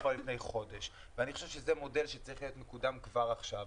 אני חושב שזה מודל שצריך להיות מקודם כבר עכשיו.